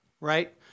right